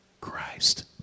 Christ